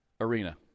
arena